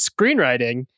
screenwriting